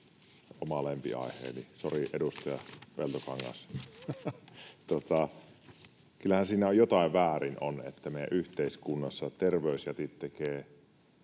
oma lempiaiheeni — sori, edustaja Peltokangas. Kyllähän siinä jotain väärin on, että meidän yhteiskunnassa terveysjätit tekevät